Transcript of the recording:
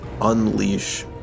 unleash